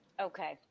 Okay